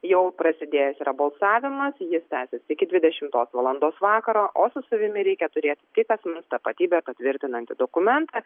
jau prasidėjęs yra balsavimas jis tęsiasi iki dvidešimtos valandos vakaro o su savimi reikia turėti tik asmens tapatybę patvirtinantį dokumentą